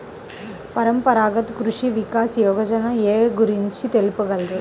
పరంపరాగత్ కృషి వికాస్ యోజన ఏ గురించి తెలుపగలరు?